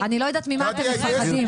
אני לא יודעת ממה אתם מחכים.